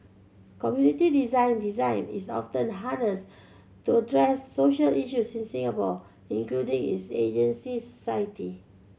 community design design is often harnessed to address social issues in Singapore including its agency society